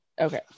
Okay